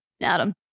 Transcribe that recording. Adam